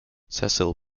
cecil